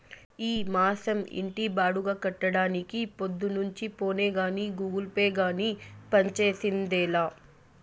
ఈ మాసం ఇంటి బాడుగ కట్టడానికి పొద్దున్నుంచి ఫోనే గానీ, గూగుల్ పే గానీ పంజేసిందేలా